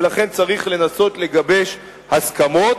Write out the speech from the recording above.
ולכן צריך לנסות לגבש הסכמות.